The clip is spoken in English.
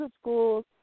schools